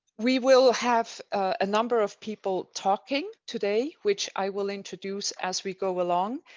we will have a number of people talking today, which i will introduce as we go along,